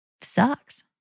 sucks